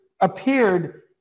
appeared